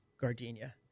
Gardenia